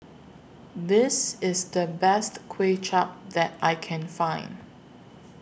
This IS The Best Kuay Chap that I Can Find